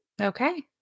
Okay